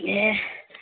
ꯑꯦ